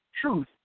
truth